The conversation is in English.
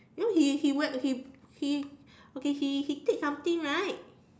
then he he wear he he okay he he take something right